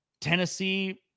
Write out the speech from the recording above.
Tennessee